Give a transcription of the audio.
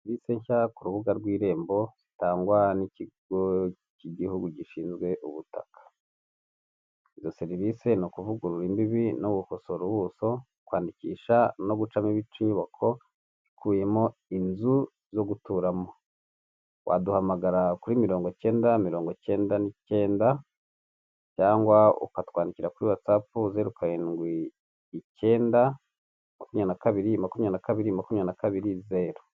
Serivisi nshya ku rubuga rw'irembo zitangwa n'ikigo cy'igihugu gishinzwe ubutaka, izo serivisi ni ukuvugurura imbibi no gukosora ubuso, kwandikisha no gucamo ibice inyubako ukuyemo inzu zo guturamo. Waduhamagara kuri mirongo cyenda mirongo cyenda n'icyenda cyangwa ukatwandikira kuri watsapu, zeru karindwi icyenda makumya na kabiri makumya na kabiri makumyabiri na kabiri zeru.